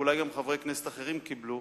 ואולי גם חברי כנסת אחרים קיבלו,